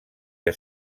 que